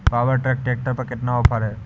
Power track tractor पर कितना offer है?